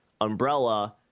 umbrella